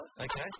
Okay